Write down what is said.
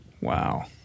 Wow